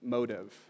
Motive